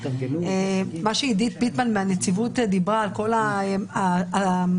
עידית ביטמן מהנציבות דיברה על הכלים